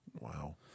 Wow